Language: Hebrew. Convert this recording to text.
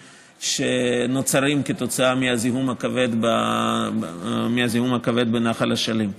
שנוצרים כתוצאה מהזיהום הכבד בנחל אשלים.